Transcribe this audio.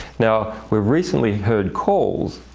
now, we've recently heard calls